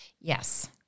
Yes